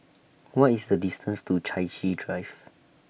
What IS The distance to Chai Chee Drive